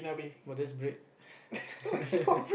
but that's bread